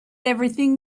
everything